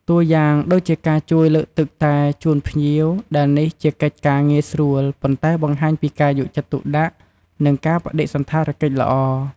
តួយ៉ាងដូចជាការជួយលើកទឹកតែជូនភ្ញៀវ ដែលនេះជាកិច្ចការងាយស្រួល ប៉ុន្តែបង្ហាញពីការយកចិត្តទុកដាក់ និងការបដិសណ្ឋារកិច្ចល្អ។